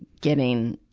getting,